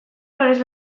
lorez